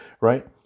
right